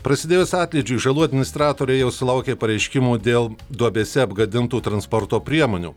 prasidėjus atlydžiui žalų administratoriai jau sulaukė pareiškimų dėl duobėse apgadintų transporto priemonių